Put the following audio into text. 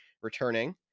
returning